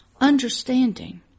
Understanding